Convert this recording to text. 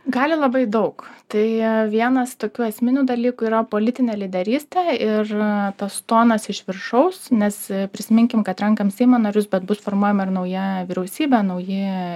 gali labai daug tai vienas tokių esminių dalykų yra politinė lyderystė ir tas tonas iš viršaus nes prisiminkim kad renkame seimo narius bet bus formuojama ir nauja vyriausybė nauji